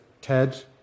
Ted